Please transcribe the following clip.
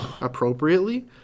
appropriately